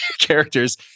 characters